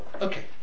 Okay